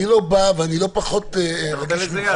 אני לא בא ואני לא פחות רגיש ממך.